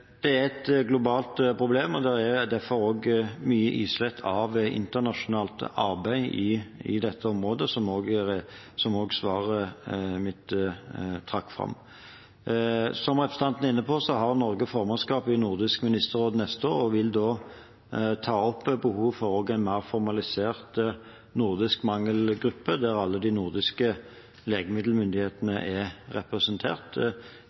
Det er et globalt problem, det er derfor også mye islett av internasjonalt arbeid på dette området, noe jeg også trakk fram i mitt svar. Som representanten er inne på, har Norge formannskapet i Nordisk ministerråd neste år og vil da ta opp behovet for en mer formalisert nordisk «mangelgruppe» der alle de nordiske legemiddelmyndighetene vil være representert.